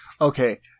Okay